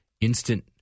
instant